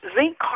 Zinc